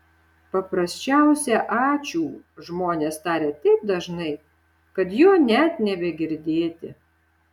paprasčiausią ačiū žmonės taria taip dažnai kad jo net nebegirdėti